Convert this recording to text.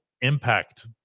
impact